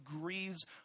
grieves